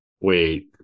wait